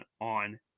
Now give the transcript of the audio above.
on